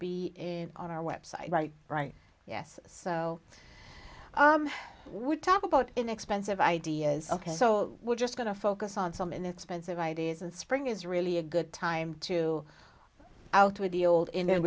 be on our website right right yes so we talk about inexpensive ideas ok so we're just going to focus on some inexpensive ideas and spring is really a good time to out with the old in and when